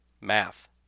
math